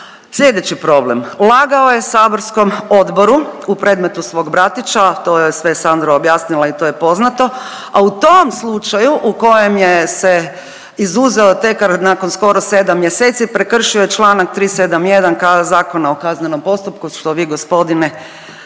slijedeći problem, lagao je saborskom odboru u predmetu svog bratića, to je sve Sandra objasnila i to je poznato, a u tom slučaju u kojem je se izuzeo tek nakon skoro 7 mjeseci, prekršio je čl. 371. Zakona o kaznenom postupku, što vi gospodine